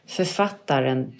författaren